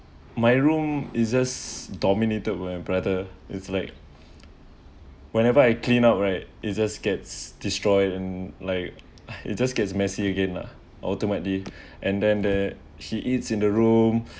my room is just dominated by brother it's like whenever I clean up right it just gets destroyed and like it just gets messy again ultimately and then that he eats in the room